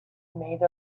made